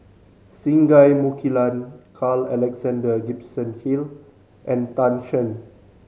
Singai Mukilan Carl Alexander Gibson Hill and Tan Shen